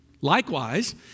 Likewise